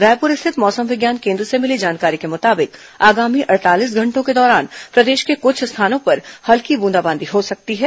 रायपुर स्थित मौसम विज्ञान केन्द्र से मिली जानकारी के मुताबिक आगामी अड़तालीस घंटों के दौरान प्रदेश के कुछ स्थानों पर हल्की ब्रंदाबांदी हो सकती है